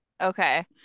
Okay